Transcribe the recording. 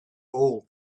all